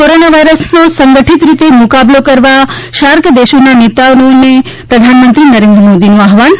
corona વાયરસનો સંગઠિત રીતે મુકાબલો કરવા સાર્ક દેશોના નેતાઓને પ્રધાનમંત્રી નરેન્દ્રમોદીનું આહવાન